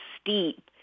steep